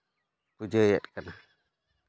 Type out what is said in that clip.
ᱯᱩᱡᱟᱹᱭᱮᱫ ᱠᱟᱱᱟ